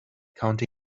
counting